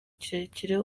kirekire